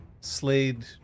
Slade